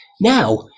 now